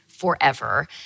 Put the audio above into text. forever